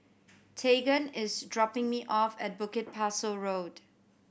Tegan is dropping me off at Bukit Pasoh Road